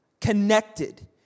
connected